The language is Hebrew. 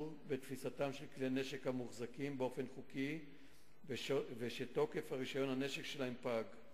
ולתפיסה של כלי נשק המוחזקים באופן חוקי ושתוקף רשיון כלי-הנשק שלהם פג.